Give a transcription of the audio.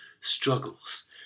struggles